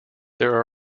there